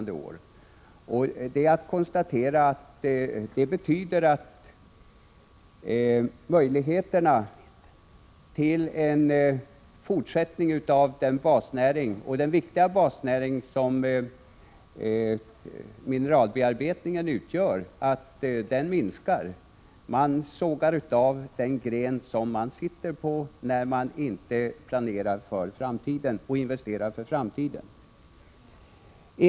Det är bara att konstatera att det betyder att möjligheterna till en fortsättning av den viktiga basnäringen som mineralbearbetningen utgör minskar. Man sågar av den gren man sitter på när man inte planerar och investerar för framtiden.